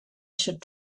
should